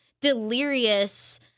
delirious—